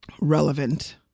relevant